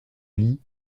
lit